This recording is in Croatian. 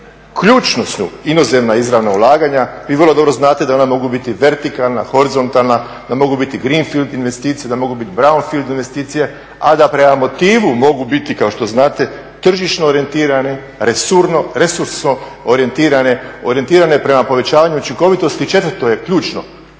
Ključna su inozemna izravna ulaganja. Vi vrlo dobro znate da ona mogu biti vertikalna, horizontalna, da mogu biti greenfield investicije, da mogu biti brownfield investicije a da prema motivu mogu biti kao što znate tržišno orijentirane, resursno orijentirane, orijentirane prema povećanju učinkovitosti. Četvrto je ključno